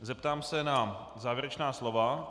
Zeptám se na závěrečná slova.